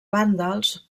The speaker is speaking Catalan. vàndals